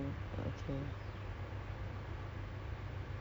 a lot of foreigners there that do not follow the law